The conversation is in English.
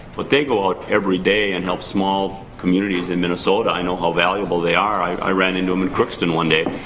but they go out every day and help small communities in minnesota. i know how valuable they are. i ran into them in crookston one day.